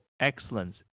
excellence